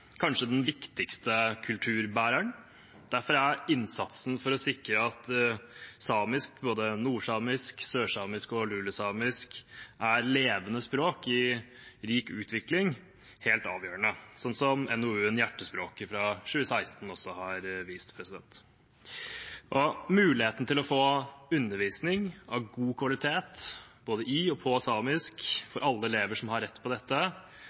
kanskje den viktigste kulturbæreren. Derfor er innsatsen for å sikre at samisk, både nordsamisk, sørsamisk og lulesamisk, er levende språk i rik utvikling, helt avgjørende, slik NOU-en Hjertespråket fra 2016 også har vist. Muligheten til å få undervisning av god kvalitet både i og på samisk for alle elever som har rett på dette,